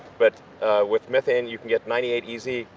but with methane you can get ninety eight easy,